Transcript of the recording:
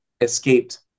escaped